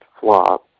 Flop